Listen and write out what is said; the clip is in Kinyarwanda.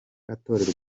atorerwa